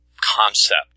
concept